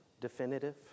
definitive